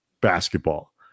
basketball